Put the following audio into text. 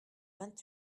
vingt